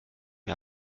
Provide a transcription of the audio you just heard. mir